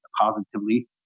positively